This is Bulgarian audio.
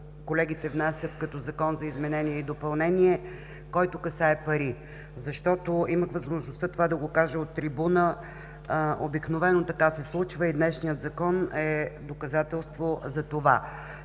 колегите внасят като Закон за изменение и допълнение, който касае пари. Имах възможността да го кажа от трибуната, обикновено така се случва, и днешният Закон е доказателство за това.